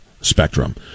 spectrum